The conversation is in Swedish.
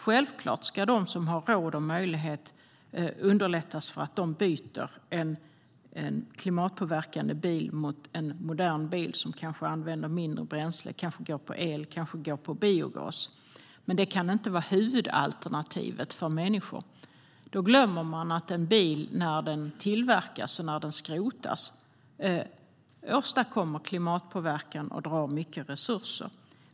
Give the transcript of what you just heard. Självklart ska vi underlätta för dem som har råd och möjlighet att byta en klimatpåverkande bil mot en modern bil som kanske använder mindre bränsle eller går på el eller biogas, men det kan inte vara huvudalternativet för människor. Då glömmer man att en bil när den tillverkas och när den skrotas åstadkommer klimatpåverkan och drar mycket resurser.